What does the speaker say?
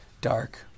dark